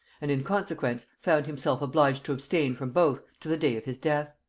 and in consequence found himself obliged to abstain from both to the day of his death